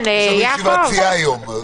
יש לנו ישיבת סיעה היום.